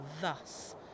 thus